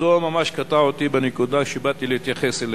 כבודו ממש קטע אותי בנקודה שבאתי להתייחס אליה.